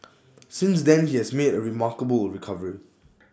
since then he has made A remarkable recovery